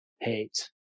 hate